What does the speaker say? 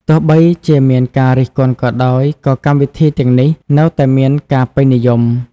ទោះបីជាមានការរិះគន់ក៏ដោយក៏កម្មវិធីទាំងនេះនៅតែមានការពេញនិយម។